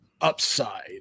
upside